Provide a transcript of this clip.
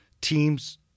teams